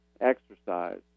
exercise